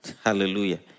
Hallelujah